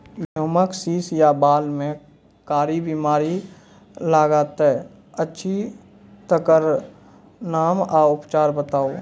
गेहूँमक शीश या बाल म कारी बीमारी लागतै अछि तकर नाम आ उपचार बताउ?